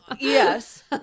yes